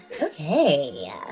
Okay